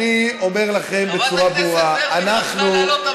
חברת הכנסת ורבין יכלה לעלות.